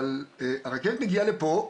אבל הרכבת מגיעה לפה,